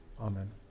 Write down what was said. amen